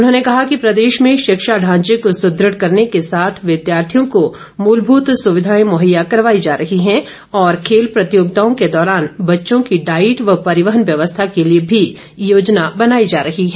उन्होंने कहा कि प्रदेश में शिक्षा ढांचे को सुदृढ़ करने के साथ विद्यार्थियों को मूलभूत सुविधाएं मुहैया करवाई जा रही हैं और खेल प्रतियोगिताओं के दौरान बच्चों की डाईट व परिवहन व्यवस्था के लिए भी योजना बनाई जा रही है